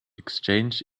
exchanged